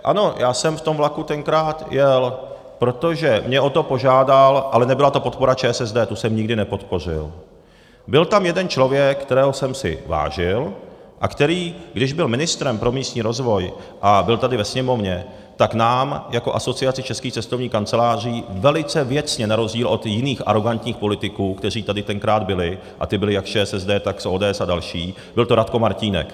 Ano, já jsem v tom vlaku tenkrát jel, protože mě o to požádal ale nebyla to podpora ČSSD, tu jsem nikdy nepodpořil jeden člověk, kterého jsem si vážil a který, když byl ministrem pro místní rozvoj a byl tady ve Sněmovně, tak nám jako Asociaci českých cestovních kanceláří velice věcně, na rozdíl od jiných arogantních politiků, kteří tady tenkrát byli, a ti byli jak z ČSSD, tak z ODS a dalších, byl to Radko Martínek...